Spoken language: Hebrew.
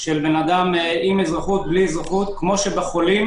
של אדם עם אזרחות או בלי - כמו שבחולים